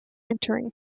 entering